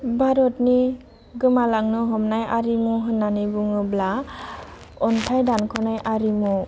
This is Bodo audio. भारतनि गोमालांनो हमनाय आरिमु होनानै बुङोब्ला अन्थाइ दानख'नाय आरिमु